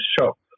shop